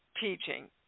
teaching